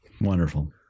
Wonderful